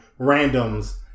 randoms